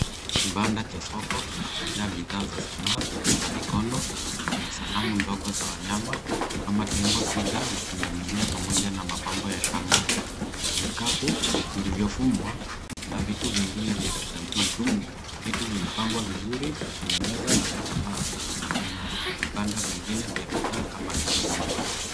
Kibanda cha soko kilichojaa bidhaa za sanaa za mikono, kuna sanamu ndogo za wanyama kama tembo, twiga na pundamilia pamoja na mapambo ya shanga. Vikapu vilivyofumwa na vitu vingine vya kitamaduni. Vitu vimepangwa vizuri juu ya meza ma vitambaa na kuna vibanda vingine vya bidhaa kama hizo nyuma.